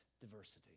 diversity